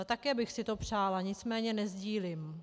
Také bych si to přála, nicméně nesdílím.